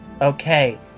okay